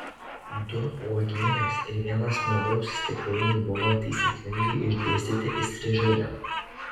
du uogienės ir vienas medaus stiklainiai buvo taisyklingai išdėstyti įstrižaine